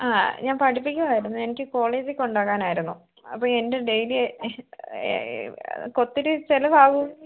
ആ ഞാൻ പഠിപ്പിക്കുവായിരുന്നേ എനിക്ക് കോളേജിൽ കൊണ്ടുപോകാനായിരുന്നു അപ്പോൾ എൻ്റെ ഡെയിലി ഒത്തിരി ചിലവാകുമോ